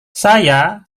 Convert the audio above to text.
saya